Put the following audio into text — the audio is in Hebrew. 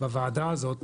בוועדה הזאת